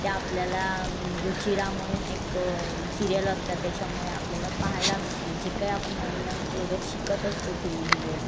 त्या आपल्याला रुचिरा म्हणून एक सिरियल असतात त्याच्यामुळे आपल्याला पाहायला मिळते जे काही आपण नवीन नवीन प्रोडक्ट शिकत असतो टी व्हीमुळे